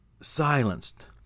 silenced